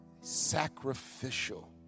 sacrificial